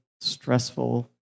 stressful